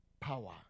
Power